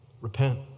repent